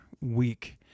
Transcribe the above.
week